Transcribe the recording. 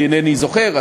כי אינני זוכר,